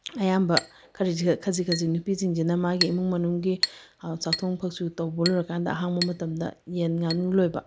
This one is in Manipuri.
ꯑꯌꯥꯝꯕ ꯈꯖꯤꯛ ꯈꯖꯤꯛ ꯅꯨꯄꯤꯁꯤꯡꯁꯤꯅ ꯃꯥꯒꯤ ꯏꯃꯨꯡ ꯃꯅꯨꯡꯒꯤ ꯆꯥꯡꯊꯣꯛ ꯐꯧꯁꯨ ꯇꯧꯕ ꯂꯣꯏꯔꯀꯥꯟꯗ ꯑꯍꯥꯡꯕ ꯃꯇꯝꯗ ꯌꯦꯟ ꯉꯥꯅꯨ ꯂꯣꯏꯕ